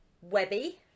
webby